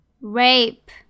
Rape